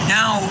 now